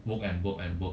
work and work and work